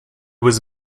was